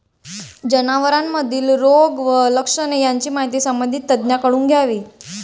जनावरांमधील रोग व लक्षणे यांची माहिती संबंधित तज्ज्ञांकडून घ्यावी